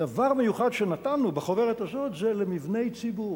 דבר מיוחד שנתנו בחוברת הזאת, זה למבני ציבור.